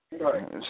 Right